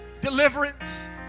deliverance